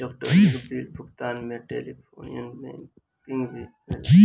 electronic bill भुगतान में telephonic banking भी आवेला